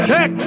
Tech